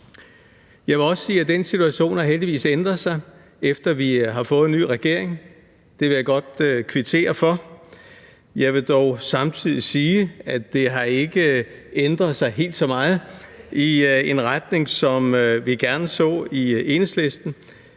Jeg vil også sige, at den situation heldigvis har ændret sig, efter at vi har fået en ny regering. Det vil jeg godt kvittere for. Jeg vil dog samtidig sige, at det ikke har ændret sig helt så meget i en retning, som vi gerne så i Enhedslisten.